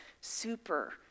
super